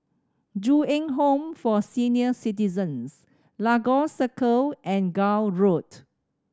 Ju Eng Home for Senior Citizens Lagos Circle and Gul Road